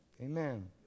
Amen